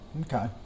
Okay